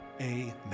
amen